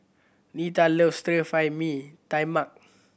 Netta loves Stir Fry Mee Tai Mak